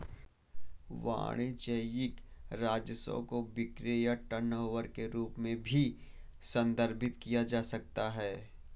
वाणिज्यिक राजस्व को बिक्री या टर्नओवर के रूप में भी संदर्भित किया जा सकता है